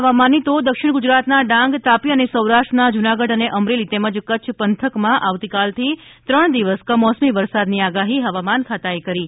હવા માન દક્ષિણ ગુજરાતના ડાંગ તાપી અને સૌરા ષ્ટ્રના જુનાગઢ અને અમરેલી તેમજ કચ્છ પંથકમાં આવતીકાલથી ત્રણ દિવસ કમોસમી વરસાદની આગાહી હવામાન ખાતાએ કરી છે